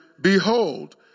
behold